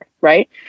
right